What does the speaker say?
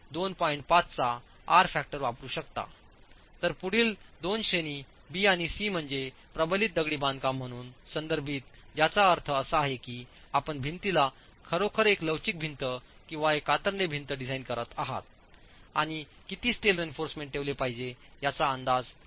5 चा R factor वापरू शकता तर पुढील 2 श्रेणी बी आणि सी म्हणजे प्रबलित दगडी बांधकाम म्हणून संदर्भित ज्याचा अर्थ असा आहे की आपण भिंतीला खरोखर एक लवचिक भिंत किंवा एक कातरणे भिंत डिझाइन करीत आहात आणि किती स्टील रीइन्फोर्समेंट ठेवले पाहिजे याचा अंदाज लावणे